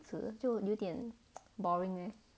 子就有点 boring leh